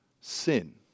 sin